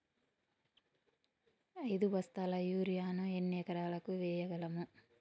ఐదు బస్తాల యూరియా ను ఎన్ని ఎకరాలకు వేయగలము?